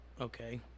Okay